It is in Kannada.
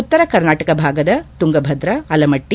ಉತ್ತರ ಕರ್ನಾಟಕ ಭಾಗದ ತುಂಗಭದ್ರ ಆಲಮಟ್ಟ